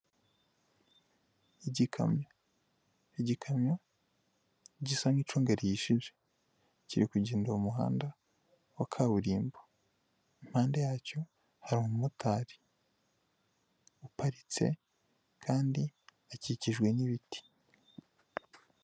Igikamyo igikamyo gisa nk'icunga rihishije kiri kugenda mu muhanda wa kaburimbo impande yacyo hari umumotari uparitse kandi hakikijwe n'ibiti.